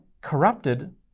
corrupted